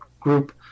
group